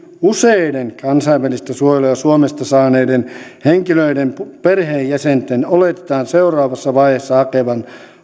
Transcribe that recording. useiden kansainvälistä suojelua suomesta saaneiden henkilöiden perheenjäsenten oletetaan seuraavassa vaiheessa hakevan